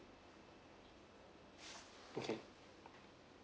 okay